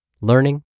learning